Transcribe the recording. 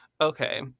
Okay